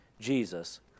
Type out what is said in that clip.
Jesus